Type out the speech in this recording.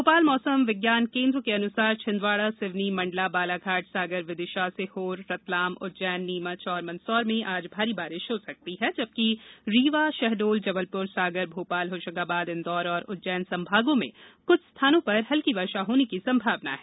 भोपाल मौसम विज्ञान केन्द्र के अनुसार छिंदवाड़ा सिवनी मंडला बालाघाट सागर विदिशा सीहोर रतलाम उज्जैन नीमच एवं मंदसौर में आज भारी बारिश हो सकती है जबकि रीवा शहडोल जबलपुर सागर भोपाल होशंगाबाद इंदौर और उज्जैन संभागों के जिलों में कुछ स्थानों पर हल्की वर्षा होने की संभावना है